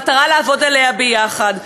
במטרה לעבוד עליה יחד.